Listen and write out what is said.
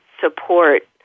support